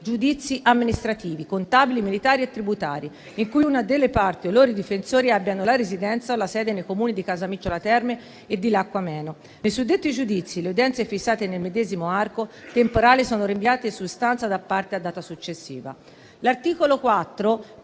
giudizi amministrativi, contabili, militari e tributari in cui una delle parti o i loro difensori abbiano la residenza o la sede nei Comuni di Casamicciola Terme e di Lacco Ameno. Nei suddetti giudizi le udienze fissate nel medesimo arco temporale sono rinviate su istanza di parte a data successiva. L'articolo 4